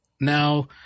now –